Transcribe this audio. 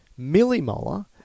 millimolar